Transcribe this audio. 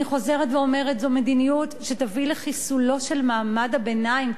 אני חוזרת ואומרת: זו מדיניות שתביא לחיסולו של מעמד הביניים.